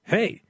Hey